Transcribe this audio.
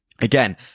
again